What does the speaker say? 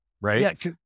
right